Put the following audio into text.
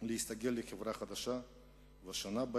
להסתגל לחברה חדשה ושונה,